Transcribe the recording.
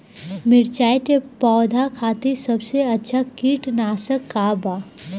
मिरचाई के पौधा खातिर सबसे अच्छा कीटनाशक का बा?